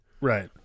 Right